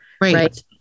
right